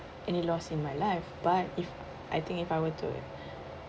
any loss in my life but if I think if I were to